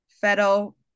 federal